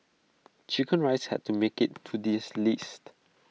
Chicken Rice had to make IT to this list